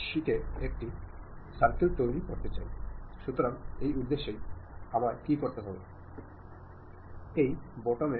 ചിലപ്പോൾ നിങ്ങളുടെ സന്ദേശം വാമൊഴിയായി അയയ്ക്കാനും അല്ലെങ്കിൽ സന്ദേശം എഴുതി അയക്കാനായിരിക്കും നിങ്ങൾ തീരുമാനിക്കുക